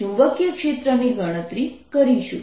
આપણે ચુંબકીય ક્ષેત્રની ગણતરી કરીશું